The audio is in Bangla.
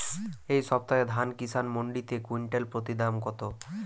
এই সপ্তাহে ধান কিষান মন্ডিতে কুইন্টাল প্রতি দাম কত?